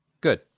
Good